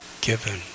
given